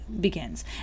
begins